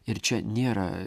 ir čia nėra